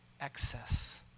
excess